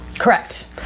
Correct